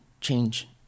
change